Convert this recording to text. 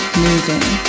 moving